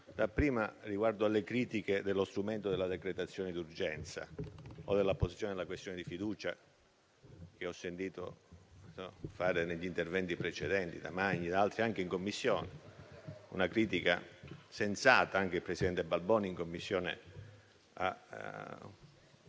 detto riguardo alle critiche sullo strumento della decretazione d'urgenza o sulla posizione della questione di fiducia, che ho sentito fare negli interventi precedenti, dal senatore Magni e da altri colleghi, anche in Commissione. È una critica sensata e anche il presidente Balboni, in Commissione,